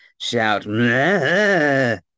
shout